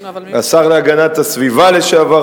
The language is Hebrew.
השר להגנת הסביבה לשעבר,